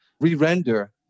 re-render